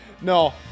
No